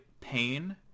pain